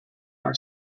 our